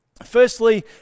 Firstly